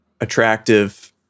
Attractive